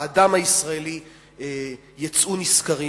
האדם הישראלי יצאו נשכרים.